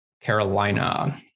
Carolina